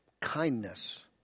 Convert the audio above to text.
kindness